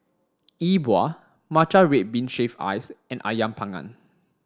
Yi Bua Matcha Red Bean Shaved Ice and Ayam panggang